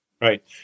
Right